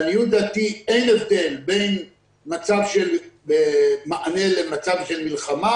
לעניות דעתי אין הבדל בין מענה למצב של מלחמה